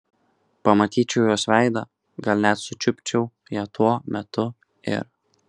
pamatyčiau jos veidą gal net sučiupčiau ją tuo metu ir